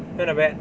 wanna bet